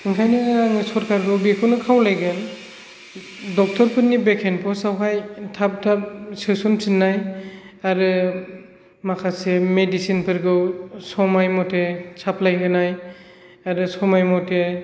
ओंखायनो आङो सरखारखौ बेखौनो खावलायगोन डाक्टर फोरनि भेकेन्ट पस्ट आवहाय थाब थाब सोसनथिननाय आरो माखासे मदिसिन फोरखौ समाय मथे साप्लाइ होनाय आरो समाय मथे